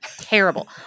Terrible